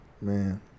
man